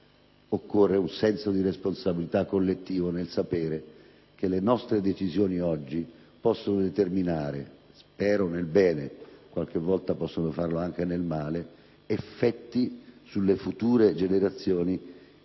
occorre un senso di responsabilità collettivo nel sapere che le nostre scelte di oggi possono determinare (spero nel bene, ma qualche volta possono farlo anche nel male) effetti sulle future generazioni che